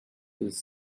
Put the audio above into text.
was